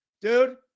Dude